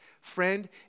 friend